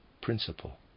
principle